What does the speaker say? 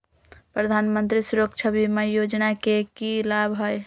प्रधानमंत्री सुरक्षा बीमा योजना के की लाभ हई?